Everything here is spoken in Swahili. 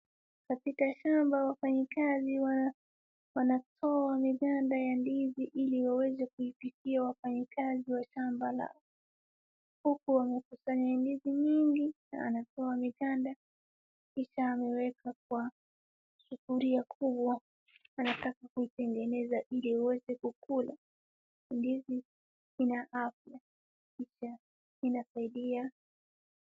Katika shamba wafanyikazi wanatoa miganda ya ndizi ili waweze kuipikia wafanyikazi wa shamba lao, huku wamekusanya ndizi mingi na anatoa miganda, kisha ameweka kwa sufuria kubwa, anataka kuitengeneza ili aweze kula. Ndizi ina afya pia inasaidia.